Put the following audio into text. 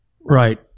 Right